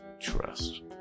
Trust